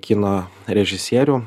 kino režisierių